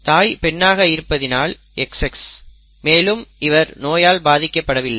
தாய் பெண்ணாக இருப்பதினால் XX மேலும் இவர் நோயால் பாதிக்கப்படவில்லை